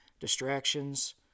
distractions